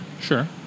Sure